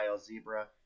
zebra